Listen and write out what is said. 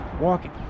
walking